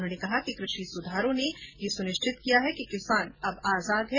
उन्होंने कहा कि कृषि सुधारों ने यह सुनिश्चित किया गया है कि किसान अब आजाद है